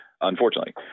unfortunately